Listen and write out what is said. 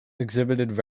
exhibited